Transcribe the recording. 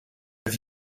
have